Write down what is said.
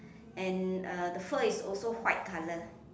and uh the fur is also white colour